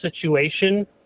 situation